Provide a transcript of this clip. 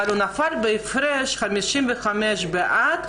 אבל 55 היו בעד,